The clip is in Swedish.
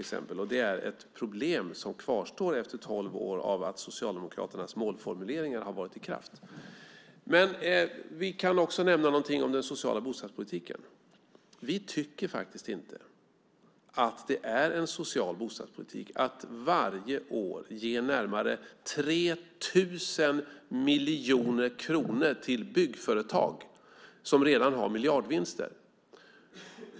Det är ett problem som kvarstår efter att Socialdemokraternas målformuleringar har varit i kraft i tolv år. Vi kan också nämna den sociala bostadspolitiken. Vi tycker inte att det är en social bostadspolitik att varje år ge närmare 3 000 miljoner kronor till byggföretag som redan har miljardvinster.